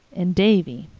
and, davy.